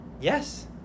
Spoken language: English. yes